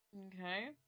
Okay